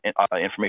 information